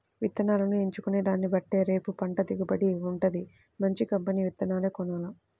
ఇత్తనాలను ఎంచుకునే దాన్నిబట్టే రేపు పంట దిగుబడి వుంటది, మంచి కంపెనీ విత్తనాలనే కొనాల